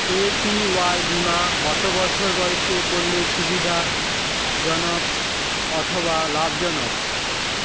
APY বীমা কত বছর বয়সে করলে সুবিধা জনক অথবা লাভজনক?